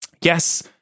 Yes